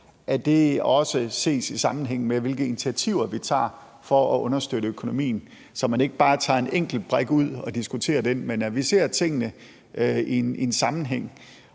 det skal også ses i sammenhæng med, hvilke initiativer vi tager for at understøtte økonomien, så man ikke bare tager en enkelt brik ud og diskuterer den, men at vi ser tingene i en sammenhæng.